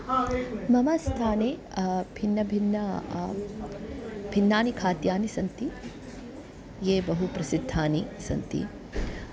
मम स्थाने भिन्नभिन्नानि भिन्नानि खाद्यानि सन्ति यानि बहुप्रसिद्धानि सन्ति